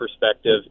perspective